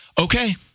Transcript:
Okay